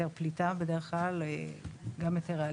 יידרשו לבחור BAT גם אם הוא לא מיטבי,